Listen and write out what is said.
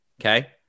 okay